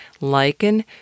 lichen